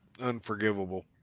unforgivable